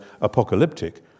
apocalyptic